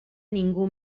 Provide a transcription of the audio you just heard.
ningú